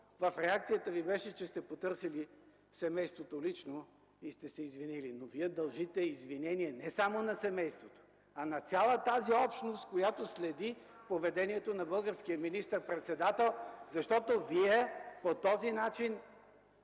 в реакцията Ви беше, че сте потърсили семейството лично и сте се извинили. Но Вие дължите извинение не само на семейството (шум и реплики от ГЕРБ), а на цялата тази общност, която следи поведението на българския министър-председател, защото Вие по този начин